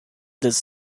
this